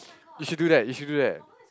you should do that you should do that